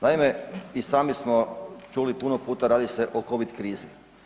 Naime, i sami smo čuli puno puta, radi se o Covid krizi.